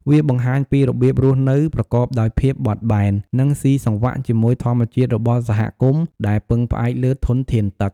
វាបង្ហាញពីរបៀបរស់នៅប្រកបដោយភាពបត់បែន និងស៊ីសង្វាក់ជាមួយធម្មជាតិរបស់សហគមន៍ដែលពឹងផ្អែកលើធនធានទឹក។